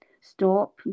stop